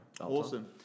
Awesome